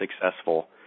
successful